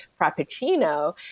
Frappuccino